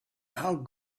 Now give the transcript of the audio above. how